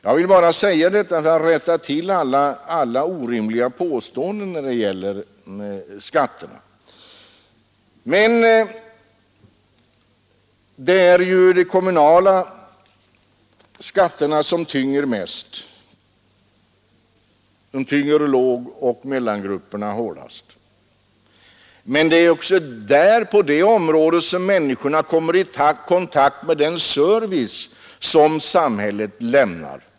Jag vill bara säga detta för att rätta till alla orimliga påståenden när det gäller skatterna. Det är de kommunala skatterna som tynger lågoch mellangrupperna hårdast. Men det är också på det området som människorna kommer i kontakt med den service som samhället lämnar.